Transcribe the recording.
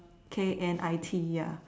K N I T ya